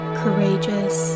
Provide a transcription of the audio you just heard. courageous